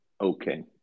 okay